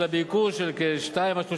אלא ב-2% 3%,